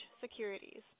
Securities